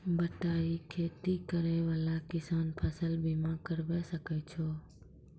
बटाई खेती करै वाला किसान फ़सल बीमा करबै सकै छौ?